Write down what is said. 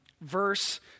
verse